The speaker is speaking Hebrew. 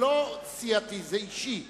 זה לא סיעתי, זה אישי.